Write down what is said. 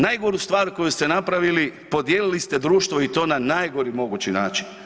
Najgoru stvar koju ste napravili, podijelili ste društvo i to na najgori mogući način.